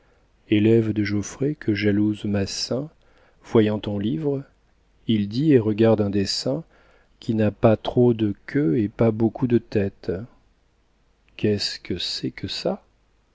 élève de jauffret que jalouse massin voyons ton livre il dit et regarde un dessin qui n'a pas trop de queue et pas beaucoup de tête qu'est-ce que c'est que ça